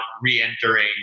re-entering